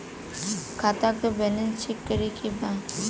खाता का balance check करे के बा?